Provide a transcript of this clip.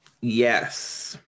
Yes